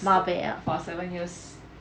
for seven years